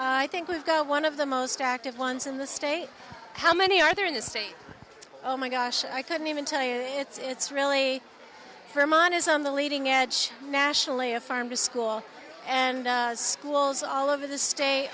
i think we've got one of the most active ones in the state how many are there in this state oh my gosh i couldn't even tell you it's really hermanas on the leading edge nationally a farm to school and schools all over the sta